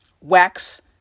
wax